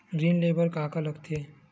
ऋण ले बर का का लगथे?